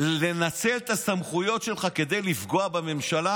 לנצל את הסמכויות שלך כדי לפגוע בממשלה,